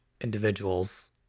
individuals